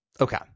Okay